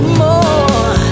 more